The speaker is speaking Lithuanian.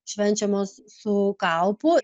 švenčiamos su kaupu